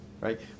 right